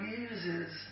uses